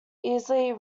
easily